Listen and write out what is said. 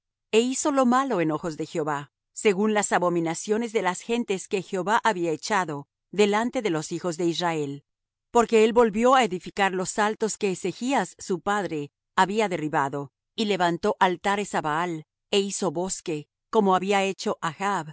e hizo lo malo en ojos de jehová según las abominaciones de las gentes que jehová había echado delante de los hijos de israel porque él volvió á edificar los altos que ezechas su padre había derribado y levantó altares á baal é hizo bosque como había hecho